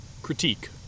critique